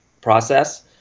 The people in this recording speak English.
process